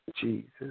Jesus